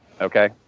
Okay